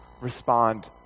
respond